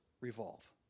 revolve